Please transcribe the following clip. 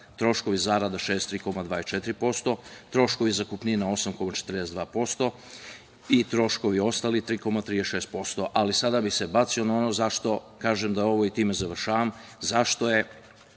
troškovi zarada 63,24%, troškovi zakupnina 8,42% i troškovi ostali 3,36%. Ali, sada bih se bacio na ono, i time završavam, zašto je